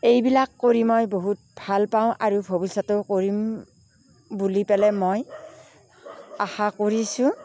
এইবিলাক কৰি মই বহুত ভালপাওঁ আৰু ভৱিষ্যতেও কৰিম বুলি পেলাই মই আশা কৰিছোঁ